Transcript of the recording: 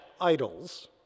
Idols